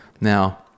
Now